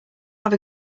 have